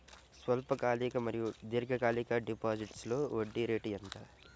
స్వల్పకాలిక మరియు దీర్ఘకాలిక డిపోజిట్స్లో వడ్డీ రేటు ఎంత?